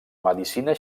medicina